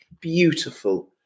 beautiful